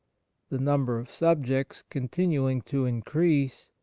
the number of subjects continuing to increase,